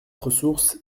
ressource